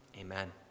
Amen